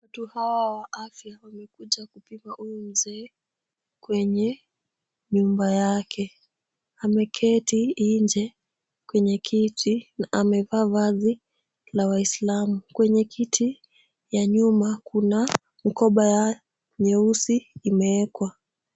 Watu hawa wa afya wamekuja kupima huyu mzee kwenye nyumba yake. Ameketi nje kwenye kiti na amevaa vazi la waislamu. Kwenye kiti ya nyuma kuna mkoba ya nyeusi imeweka.